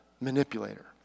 manipulator